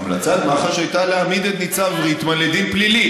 המלצת מח"ש הייתה להעמיד את ניצב ריטמן לדין פלילי.